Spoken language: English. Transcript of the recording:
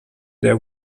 their